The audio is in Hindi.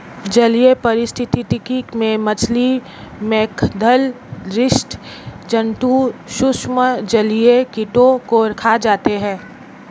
जलीय पारिस्थितिकी में मछली, मेधल स्सि जन्तु सूक्ष्म जलीय कीटों को खा जाते हैं